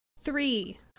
Three